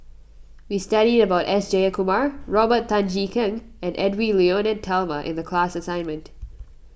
we studied about S Jayakumar Robert Tan Jee Keng and Edwy Lyonet Talma in the class assignment